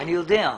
אני יודע.